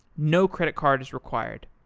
no credit card is required.